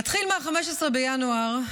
נתחיל מ-15 בינואר.